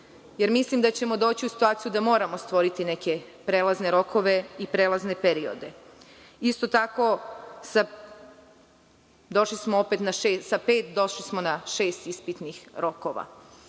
veća. Mislim da ćemo doći u situaciju da moramo stvoriti neke prelazne rokove i prelazne periode. Isto tako, došli smo sa pet na šest ispitnih rokova.